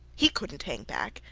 he couldnt hang back.